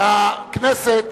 הכנסת,